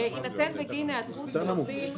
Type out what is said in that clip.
יינתן בגין היעדרות של עובדים